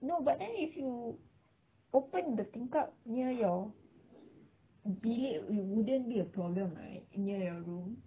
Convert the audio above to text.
no but then if you open the tingkap near your bilik it wouldn't be a problem right near your room